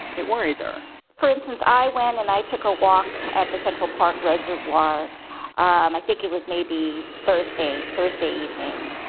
it worries her for instance, i went and i took a walk at the central park reservoir um i think it was maybe thursday, thursday evening,